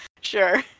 sure